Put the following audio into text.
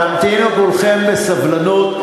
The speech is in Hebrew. תמתינו כולכם בסבלנות,